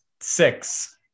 six